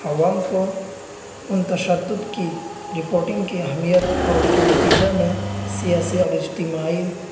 عوام کو ان تشدد کی رپوٹنگ کی اہمیت اور ان کے نتیجہ میں سیاسی اور اجتماعی